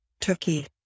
turkey